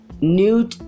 new